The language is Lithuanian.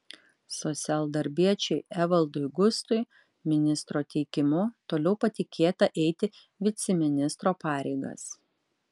socialdarbiečiui evaldui gustui ministro teikimu toliau patikėta eiti viceministro pareigas